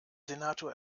senator